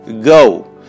go